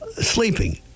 sleeping